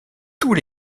tous